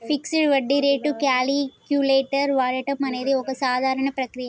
fixed వడ్డీ rate calculator వాడడం అనేది ఒక సాధారణ ప్రక్రియ